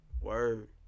Word